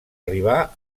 arribar